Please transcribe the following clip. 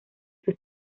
sus